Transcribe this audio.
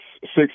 six